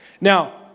Now